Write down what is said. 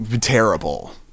terrible